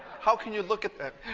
how can you look at that?